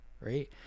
right